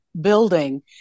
building